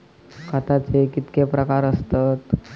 खताचे कितके प्रकार असतत?